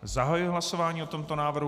Zahajuji hlasování o tomto návrhu.